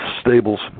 stables